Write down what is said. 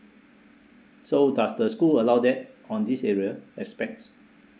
so does the school allow that on this area aspects